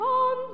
on